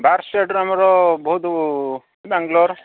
ବାହାର ଷ୍ଟେଟର୍ ଆମର ବହୁତ ବାଙ୍ଗଲୋର୍